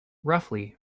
roughly